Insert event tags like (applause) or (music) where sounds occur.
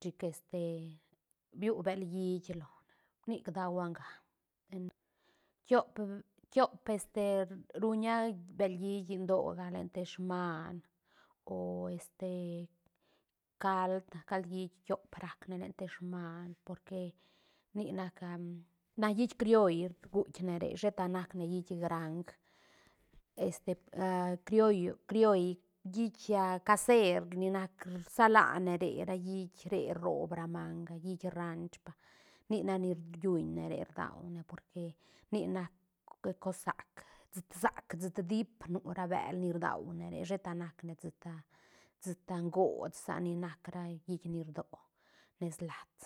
chic este viu bel hiit lone nic da hua nga tiop- tiop este ruña bel hiit llindóga len te smaan o este cald- cald hiit tiop racne len te smaan porque nic nac (hesitation) na hiit crioll guitk ne re sheta nac ne hiit graang este (hesitation) crioll- crioll hiit (hesitation) caser ni nac rsalane re ra hiit re roob ramanga hiit ranch pa nic nac ni riunne re rdaune porque nic nac cos sac- sac siit diip nu ra bel ni raudne re sheta nac ne siit a siit a goods sa ni nac ra hiit ni rdoo nes lats.